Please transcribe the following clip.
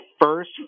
first